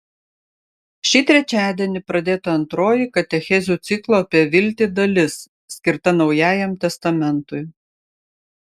šį trečiadienį pradėta antroji katechezių ciklo apie viltį dalis skirta naujajam testamentui